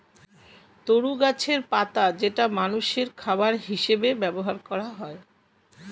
তরু গাছের পাতা যেটা মানুষের খাবার হিসেবে ব্যবহার করা হয়